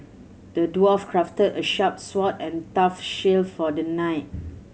the dwarf crafted a sharp sword and tough shield for the knight